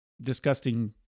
disgusting